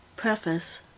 Preface